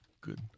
Good